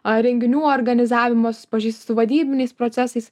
ar renginių organizavimas susipažįsti su vadybiniais procesais